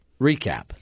recap